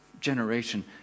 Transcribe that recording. generation